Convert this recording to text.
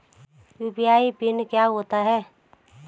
UPI PIN क्या होता है?